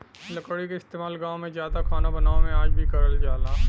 लकड़ी क इस्तेमाल गांव में जादा खाना बनावे में आज भी करल जाला